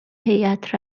هیئت